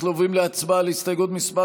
אנחנו עוברים להצבעה על הסתייגות מס'